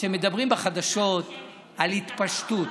שמדברים בחדשות על התפשטות,